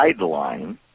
guideline